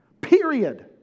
period